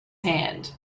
hand